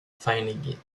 finding